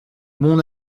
mon